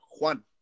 juan